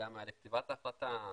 גם לכתיבת ההחלטה,